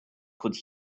could